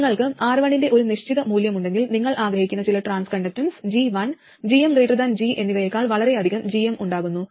നിങ്ങൾക്ക് R1 ന്റെ ഒരു നിശ്ചിത മൂല്യമുണ്ടെങ്കിൽ നിങ്ങൾ ആഗ്രഹിക്കുന്ന ചില transconductance G1 gm G എന്നിവയേക്കാൾ വളരെയധികം gm ഉണ്ടാക്കുന്നു